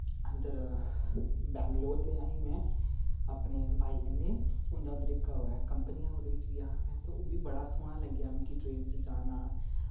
अंदर बैंगलोर गे अहें मे अपने भाई कन्नै उं'दी उद्धर ओह् ऐ कंपनी ऐ ओह्दे बिच्च गेआ हा ते उब्बी बड़ा सोह्ना लग्गेआ मिगी कन्नै ते ओह् बी बड़ा सोह्ना लग्गेआ मिगी ट्रेन च जाना